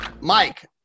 Mike